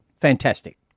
fantastic